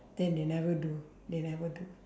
then they never do they never do